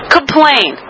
Complain